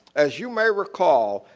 as you may recall,